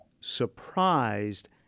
surprised